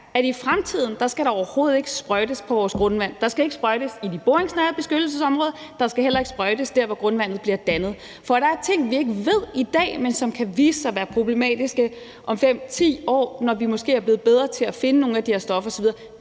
at i fremtiden skal der overhovedet ikke sprøjtes på vores grundvand. Der skal ikke sprøjtes i de boringsnære beskyttelsesområder, og der skal heller ikke sprøjtes der, hvor grundvandet bliver dannet. For der er ting, vi ikke ved i dag, men som kan vise sig at være problematiske om 5-10 år, når vi måske er blevet bedre til at finde nogle af de her stoffer osv.